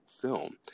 film